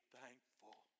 thankful